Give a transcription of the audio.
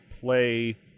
play